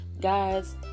Guys